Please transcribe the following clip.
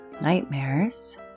nightmares